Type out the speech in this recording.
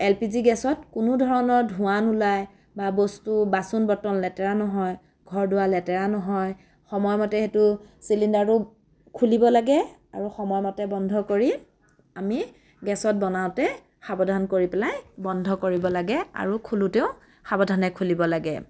L P G গেছত কোনো ধৰণৰ ধোঁৱা নোলায় বা বস্তু বাচন বৰ্তন লেতেৰা নহয় ঘৰ দুৱাৰ লেতেৰা নহয় সময়মতে সেইটো চিলিণ্ডাৰটো খুলিব লাগে আৰু সময়মতে বন্ধ কৰি আমি গেছত বনাওতে সাৱধান কৰি পেলাই বন্ধ কৰিব লাগে আৰু খোলোতেও সাৱধানে খুলিব লাগে